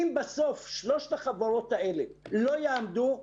אם בסוף שלושת החברות האלה לא יעמדו,